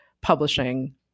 publishing